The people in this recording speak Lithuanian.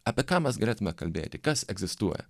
apie ką mes galėtume kalbėti kas egzistuoja